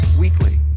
Weekly